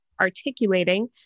articulating